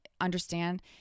understand